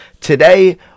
Today